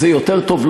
זה יותר טוב?